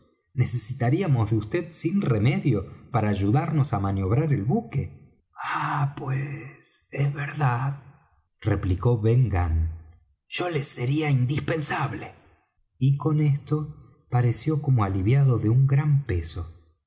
necesitaríamos de vd sin remedio para ayudarnos á maniobrar el buque ah pues es verdad replicó ben gunn yo les sería indispensable y con esto pareció como aliviado de un gran peso